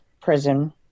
prison